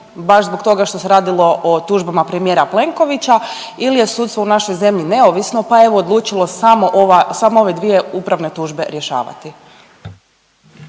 baš zbog toga što se radilo o tužbama premijera Plenkovića ili je sudstvo u našoj zemlji neovisno pa evo odlučilo samo ove dvije upravne tužbe rješavati?